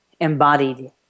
embodied